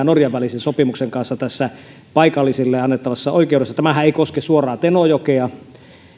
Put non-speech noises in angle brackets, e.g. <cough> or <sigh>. <unintelligible> norjan välisen tenojoen kalastussopimuksen kanssa tässä paikallisille annettavassa oikeudessa tämähän ei koske suoraan tenojokea